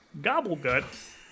Gobblegut